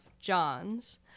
John's